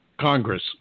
Congress